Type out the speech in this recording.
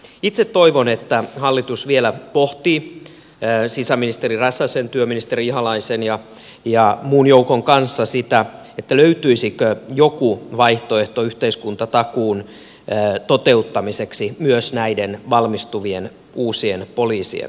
itse toivon että hallitus vielä pohtii sisäministeri räsäsen työministeri ihalaisen ja muun joukon kanssa sitä löytyisikö joku vaihtoehto yhteiskuntatakuun toteuttamiseksi myös näiden valmistuvien uusien poliisien osalta